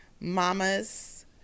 mamas